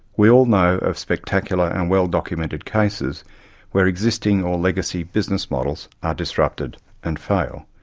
we all know of spectacular and well documented cases where existing or legacy business models are disrupted and fail.